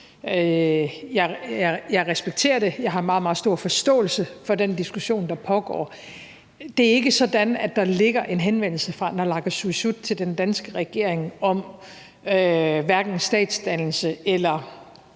Jeg respekterer det. Jeg har meget, meget stor forståelse for den diskussion, der pågår. Det er ikke sådan, at der ligger en henvendelse fra naalakkersuisut til den danske regering om hverken statsdannelse eller